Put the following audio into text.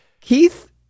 keith